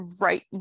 right